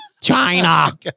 China